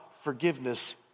forgiveness